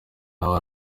nawe